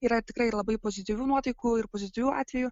yra tikrai ir labai pozityvių nuotaikų ir pozityvių atvejų